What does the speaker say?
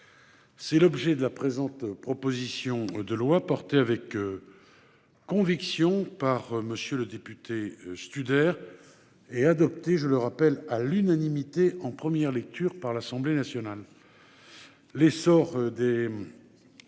C'est l'objet de la présente proposition de loi, portée avec conviction par M. le député Bruno Studer et, je le rappelle, adoptée à l'unanimité en première lecture par l'Assemblée nationale. L'essor des